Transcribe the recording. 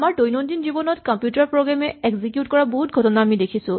আমাৰ দৈনন্দিন জীৱনত কম্পিউটাৰ প্ৰগ্ৰেম এ এক্সিকিউট কৰা বহুত ঘটনা আমি দেখিছো